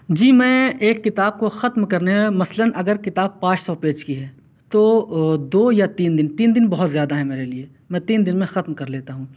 جی میں ایک کتاب کو ختم کرنے میں مثلًا اگر کتاب پانچ سو پیج کی ہے تو دو یا تین تین دِن تین دِن بہت زیادہ ہیں میرے لیے میں تین دِن میں ختم کر لیتا ہوں